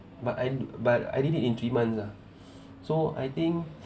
but I but I did it in three months ah so I think